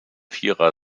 vierer